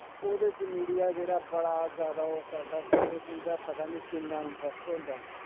ओह्दे च मिडिया जेह्ड़ा बड़ा जादै ओह् करदा कि ओह्दे च उं'दा पता नि किन्ना इंटरस्ट होंदा